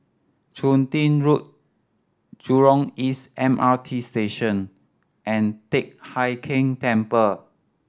Chun Tin Road Jurong East M R T Station and Teck Hai Keng Temple